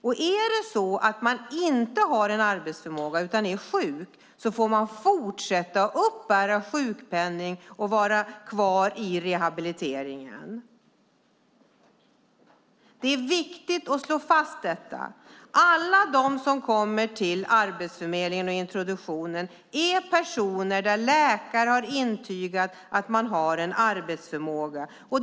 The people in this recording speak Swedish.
Om man inte har arbetsförmåga utan man är sjuk får man fortsatt uppbära sjukpenning och vara kvar i rehabiliteringen. Detta är det viktigt att slå fast. Alla som kommer till Arbetsförmedlingen och introduktionen är personer för vilka en läkare intygat att arbetsförmåga finns.